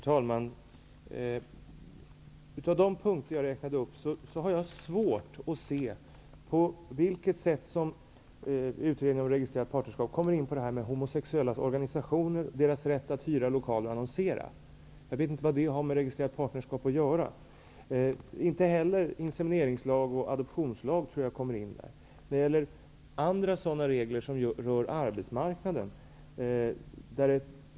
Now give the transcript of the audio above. Herr talman! Jag har svårt att se på vilket sätt som utredningen om registrerat partnerskap skall komma in på frågor om organisationer för homosexuella och deras rätt att hyra lokaler och annonsera. Jag vet inte vad det har med registrerat partnerskap att göra. Det gäller också inseminationslag, adoptionslag och sådant som rör arbetsmarknaden.